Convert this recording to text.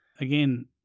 Again